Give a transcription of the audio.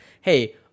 hey